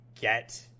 get –